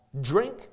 Drink